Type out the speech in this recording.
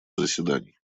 заседаний